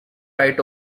right